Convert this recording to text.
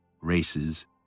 races